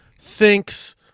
thinks